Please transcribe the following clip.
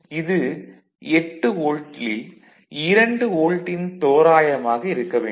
இது 8 வோல்ட்டில் 2 வோல்ட்டின் தோராயமாக இருக்க வேண்டும்